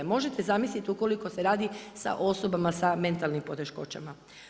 Možete zamisliti ukoliko se radi sa osobama sa mentalnim poteškoćama.